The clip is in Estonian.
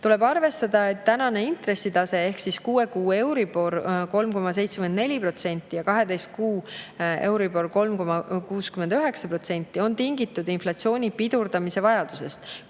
Tuleb arvestada, et tänane intressitase ehk siis kuue kuu euribor 3,74% ja 12 kuu euribor 3,69% on tingitud inflatsiooni pidurdamise vajadusest.